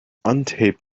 untaped